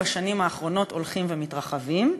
בשנים האחרונות הולכים ומתרחבים.